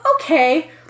okay